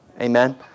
Amen